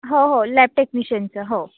हो हो लॅब टेक्निशियनचं हो